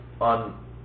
on